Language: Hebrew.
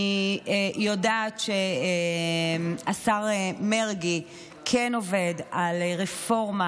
אני יודעת שהשר מרגי כן עובד על רפורמה